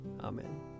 Amen